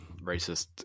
racist